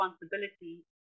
responsibility